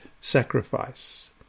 sacrifice